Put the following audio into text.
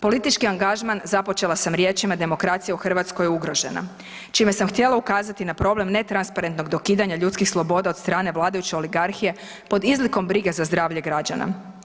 Politički angažman započela sam riječima demokracija u Hrvatskoj je ugrožena čime sam htjela ukazati na problem netransparentnog dokidanja ljudskih sloboda od strane vladajuće oligarhije pod izlikom brige za zdravlje građana.